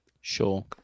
sure